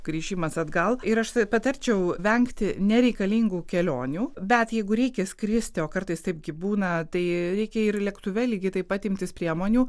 grįžimas atgal ir aš patarčiau vengti nereikalingų kelionių bet jeigu reikia skristi o kartais taip gi būna tai reikia ir lėktuve lygiai taip pat imtis priemonių